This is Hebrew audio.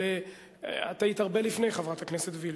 אבל את היית הרבה לפני, חברת הכנסת וילף.